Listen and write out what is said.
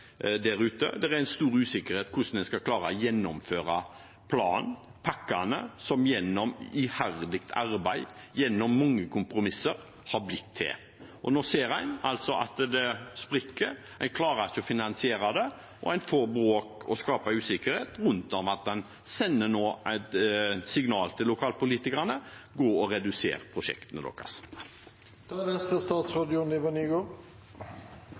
klare å gjennomføre planen – pakkene – som gjennom iherdig arbeid og mange kompromisser har blitt til. Nå ser en at det sprekker – en klarer ikke å finansiere det – og en får bråk og skaper usikkerhet ved at en nå sender et signal til lokalpolitikerne om å redusere prosjektene